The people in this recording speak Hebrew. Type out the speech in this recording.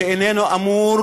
שאיננו אמור